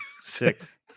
six